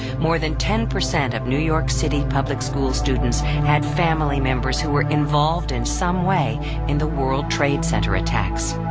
more than ten percent of new york city public school students had family members who were involved in some way in the world trade center attacks.